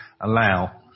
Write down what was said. allow